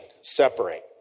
separate